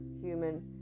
human